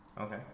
Okay